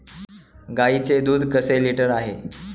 गाईचे दूध कसे लिटर आहे?